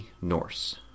Norse